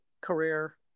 career